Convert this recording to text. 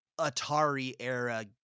Atari-era